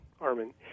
Armin